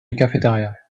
cafeteria